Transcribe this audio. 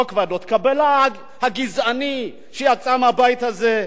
חוק ועדות קבלה הגזעני שיצא מהבית הזה,